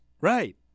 right